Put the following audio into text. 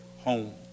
home